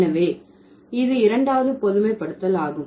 எனவே இது இரண்டாவது பொதுமைப்படுத்தல் ஆகும்